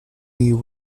you